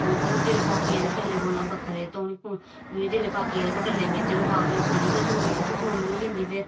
ओह् फिर जेल्लै बाकियें आह्ले टल्लें कोला बक्खरे धोने पौंदे जेल्लै बाकी बी आह्ले टल्ले बिच्च गै पाओ ते ओह् सनें कसूनी गै कसूनी होई जंदी फिर